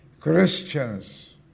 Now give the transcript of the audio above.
Christians